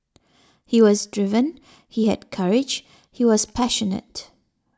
he was driven he had courage he was passionate